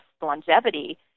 longevity